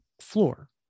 floor